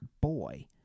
Boy